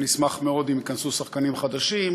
אני אשמח מאוד אם ייכנסו שחקנים חדשים.